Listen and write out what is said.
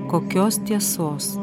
kokios tiesos